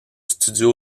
studio